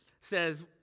says